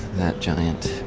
that giant.